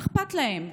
מה אכפת להם?